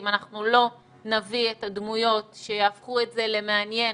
אם אנחנו לא נביא את הדמויות שיהפכו את זה למעניין,